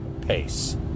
pace